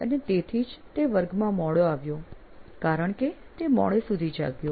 અને તેથી જ તે વર્ગમાં મોડો આવ્યો કારણ કે તે મોડે સુધી જાગ્યો